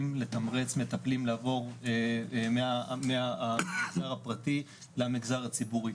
לתמרץ מטפלים לעבור מהמגזר הפרטי למגזר הציבורי.